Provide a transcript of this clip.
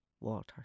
Walter